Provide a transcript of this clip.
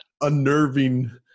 unnerving